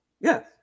Yes